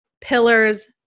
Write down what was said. pillars